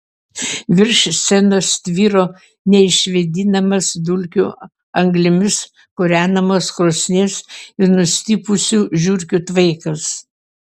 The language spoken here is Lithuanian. virš scenos tvyro neišvėdinamas dulkių anglimis kūrenamos krosnies ir nustipusių žiurkių tvaikas